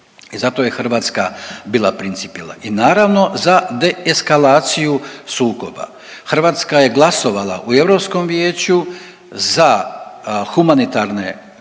i zato je Hrvatska bila principijelna i naravno za de eskalaciju sukoba. Hrvatska je glasovala u Europskom vijeću za humanitarne